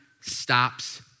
stops